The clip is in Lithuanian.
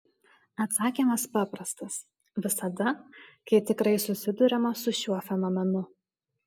atsakymas paprastas visada kai tikrai susiduriama su šiuo fenomenu